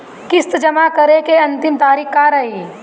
किस्त जमा करे के अंतिम तारीख का रही?